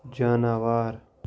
جاناوار